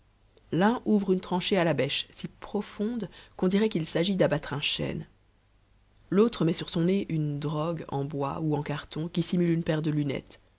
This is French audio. l'un ouvre une tranchée à la bêche si profonde qu'on dirait qu'il s'agit d'abattre un chêne l'autre met sur son nez une drogue en bois ou en carton qui simule une paire de lunettes